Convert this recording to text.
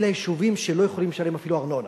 אלה יישובים שלא יכולים לשלם אפילו ארנונה.